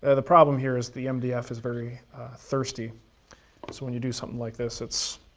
ah the problem here is the mdf is very thirsty so when you do something like this it's.